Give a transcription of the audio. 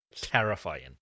terrifying